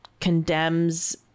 condemns